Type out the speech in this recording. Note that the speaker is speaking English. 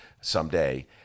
someday